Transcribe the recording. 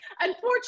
Unfortunately